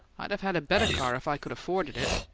i'd of had a better car if i could afforded it.